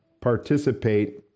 participate